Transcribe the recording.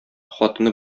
хатыны